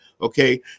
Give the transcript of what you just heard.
Okay